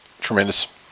tremendous